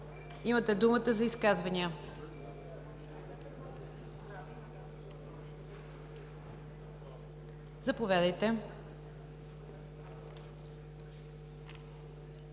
Имате думата за изказвания. Заповядайте,